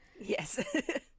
Yes